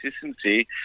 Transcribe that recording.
consistency